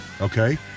okay